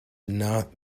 not